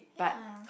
ya